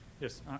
Yes